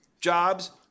jobs